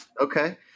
Okay